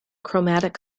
chromatic